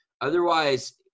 Otherwise